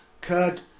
Kurd